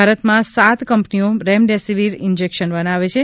ભારતમાં સાત કંપનીઓ રેમડેસીવીર ઈન્જેક્શન બનાવે છે